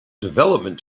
development